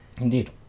Indeed